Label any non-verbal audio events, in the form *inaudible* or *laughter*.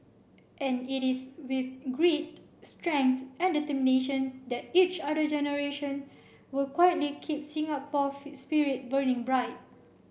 and it is with grit strength and determination that each other generation will quietly keep Singapore *unintelligible* spirit burning bright